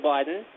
Biden